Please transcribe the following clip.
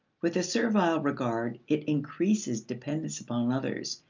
with a servile regard, it increases dependence upon others,